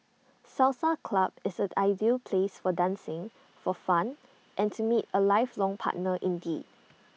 salsa club is an ideal place for dancing for fun and to meet A lifelong partner indeed